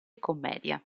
commedia